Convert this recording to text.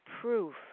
proof